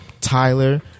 Tyler